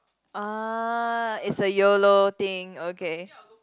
uh it's a Yolo thing okay